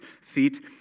feet